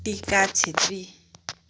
टिका छेत्री